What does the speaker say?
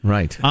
Right